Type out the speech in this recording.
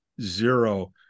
zero